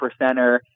percenter